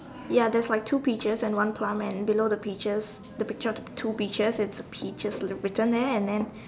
ya there's like two peaches and one plum and below the peaches the picture of the two peaches is peaches written there and then